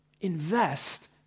invest